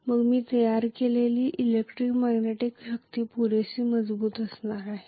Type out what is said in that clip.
मग मी तयार केलेली इलेक्ट्रोमॅग्नेटिक शक्ती पुरेशी मजबूत असणार आहे